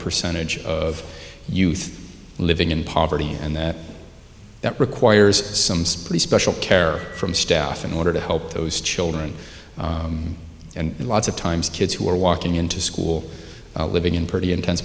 percentage of youth living in poverty and that that requires some simply special care from staff in order to help those children and lots of times kids who are walking into school living in pretty intense